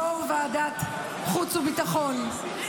יו"ר ועדת חוץ וביטחון,